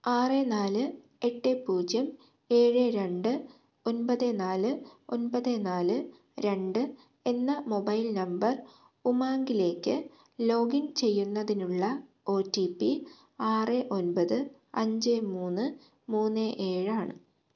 ആറ് നാല് എട്ട് പൂജ്യം ഏഴ് രണ്ട് ഒൻപത് നാല് ഒൻപത് നാല് രണ്ട് എന്ന മൊബൈൽ നമ്പർ ഉമാംഗിലേക്ക് ലോഗിൻ ചെയ്യുന്നതിനുള്ള ഒ ടി പി ആറ് ഒമ്പത് അഞ്ച് മൂന്ന് മൂന്ന് ഏഴ് ആണ്